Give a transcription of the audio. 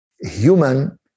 human